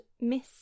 Miss